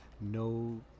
no